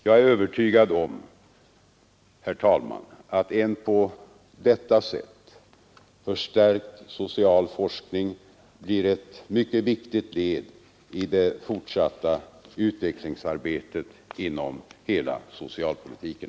Jag är, herr talman, övertygad om att en på detta sätt förstärkt social forskning blir ett viktigt led i det fortsatta utvecklingsarbetet inom socialpolitiken.